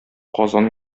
казан